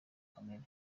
kamere